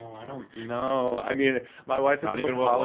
i don't know. i mean, my wife not even will ah